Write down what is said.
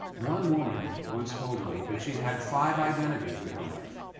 one woman once told me that she had five identities in her life.